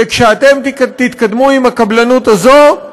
וכשאתם תתקדמו עם הקבלנות הזאת,